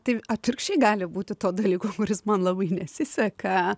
tai atvirkščiai gali būti to dalyko kuris man labai nesiseka